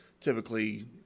typically